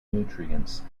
nutrients